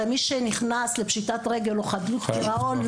הרי מי שנכנס לפשיטת רגל או חדלות פירעון,